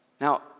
now